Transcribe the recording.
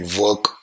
work